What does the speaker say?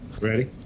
ready